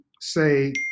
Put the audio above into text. say